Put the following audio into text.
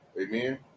Amen